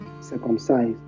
circumcised